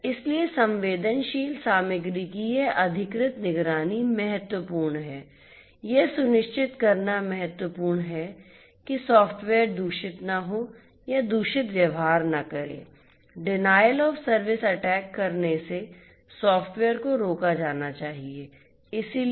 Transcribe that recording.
इसलिए संवेदनशील सामग्री की यह अधिकृत निगरानी महत्वपूर्ण है यह सुनिश्चित करना महत्वपूर्ण है कि सॉफ्टवेयर दूषित न हो या दूषित व्यवहार न करे डिनायल ऑफ़ सर्विस अटैक करने से सॉफ्टवेयर को रोका जाना चाहिए